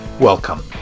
Welcome